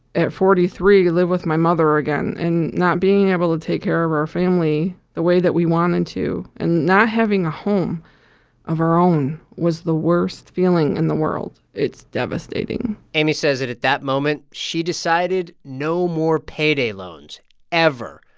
at forty three, live with my mother again. and not being able to take care of our family the way that we wanted to and not having a home of our own was the worst feeling in the world. it's devastating amy says that at that moment, she decided no more payday loans ever.